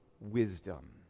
wisdom